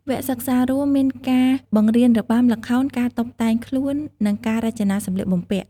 វគ្គសិក្សារួមមានការបង្រៀនរបាំ ល្ខោន ការតុបតែងខ្លួន និងការរចនាសម្លៀកបំពាក់។